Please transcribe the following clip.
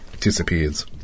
disappears